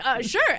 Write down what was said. Sure